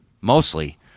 mostly